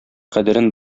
кадерен